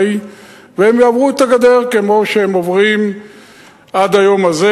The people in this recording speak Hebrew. והם יעברו את הגדר כמו שהם עוברים עד היום הזה.